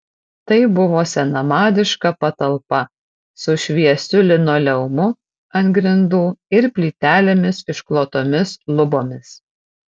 tai buvo senamadiška patalpa su šviesiu linoleumu ant grindų ir plytelėmis išklotomis lubomis